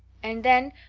and then,